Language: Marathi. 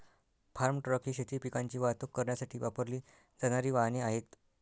फार्म ट्रक ही शेती पिकांची वाहतूक करण्यासाठी वापरली जाणारी वाहने आहेत